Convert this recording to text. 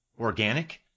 organic